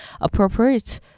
appropriate